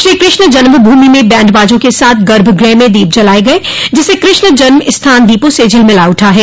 श्रीकृष्ण जन्मभूमि में बैंण्डबाजों के साथ गर्भ गृह में दीप जलाये गये जिससे कृष्ण जन्मस्थान दीपों से झिलमिला उठा है